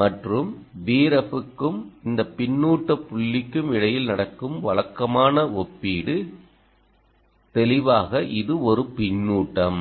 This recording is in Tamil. மற்றும் Vref க்கும் இந்த பின்னூட்ட புள்ளிக்கும் இடையில் நடக்கும் வழக்கமான ஒப்பீடுதெளிவாக இது ஒரு பின்னூட்டம்